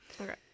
Okay